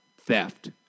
theft